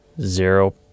zero